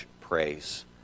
praise